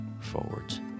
forwards